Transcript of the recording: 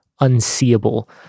unseeable